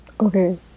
Okay